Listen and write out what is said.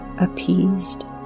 appeased